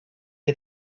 you